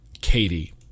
Katie